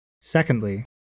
Secondly